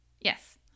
Yes